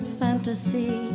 fantasy